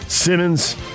Simmons